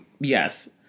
Yes